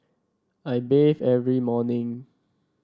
I bathe every morning